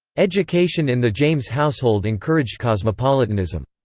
education in the james household encouraged cosmopolitanism.